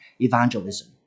evangelism